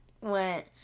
went